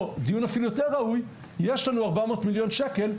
או דיון יותר ראוי: יש לנו 400 מיליון שקל,